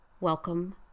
welcome